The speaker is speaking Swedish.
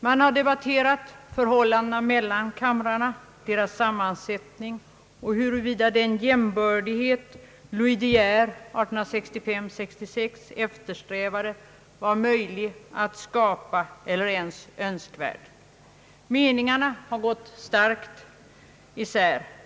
Man har diskuterat förhållandena mellan kamrarna, deras sammansättning och huruvida den jämbördighet som Louis de Geer 1865—1866 eftersträvade var möjlig att skapa eller ens önskvärd. Meningarna har gått starkt isär.